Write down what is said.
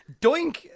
Doink